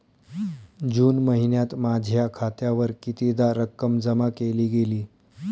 जून महिन्यात माझ्या खात्यावर कितीदा रक्कम जमा केली गेली?